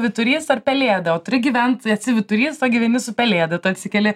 vyturys ar pelėda o turi gyvent esi vyturys o gyveni su pelėda tu atsikeli